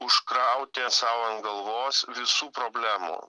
užkrauti sau ant galvos visų problemų